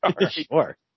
Sure